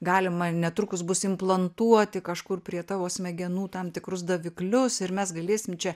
galima netrukus bus implantuoti kažkur prie tavo smegenų tam tikrus daviklius ir mes galėsim čia